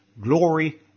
glory